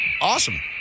Awesome